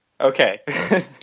Okay